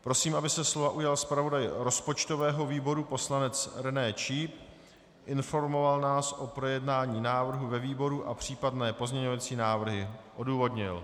Prosím, aby se slova ujal zpravodaj rozpočtového výboru poslanec René Číp, informoval nás o projednání návrhu ve výboru a případné pozměňovací návrhy odůvodnil.